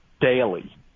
daily